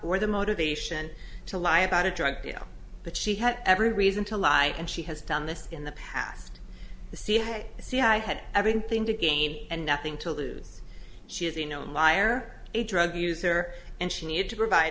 or the motivation to lie about a drug deal but she had every reason to lie and she has done this in the past the cia the c i had everything to gain and nothing to lose she is a known liar a drug user and she need to provide